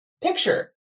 picture